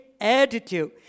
Attitude